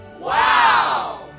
Wow